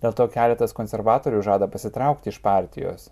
dėl to keletas konservatorių žada pasitraukti iš partijos